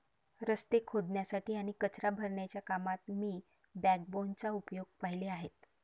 रस्ते खोदण्यासाठी आणि कचरा भरण्याच्या कामात मी बॅकबोनचा उपयोग पाहिले आहेत